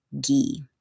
ghee